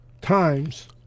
times